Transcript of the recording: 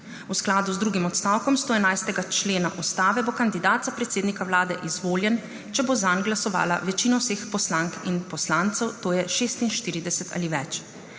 V skladu z drugim odstavkom 111. člena Ustave bo kandidat za predsednika Vlade izvoljen, če bo zanj glasovala večina vseh poslank in poslancev, to je 46 ali več.